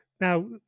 Now